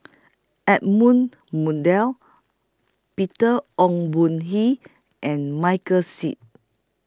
Edmund Peter Ong Boon and Michael Seet